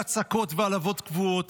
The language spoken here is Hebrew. מהצקות ומהעלבות קבועות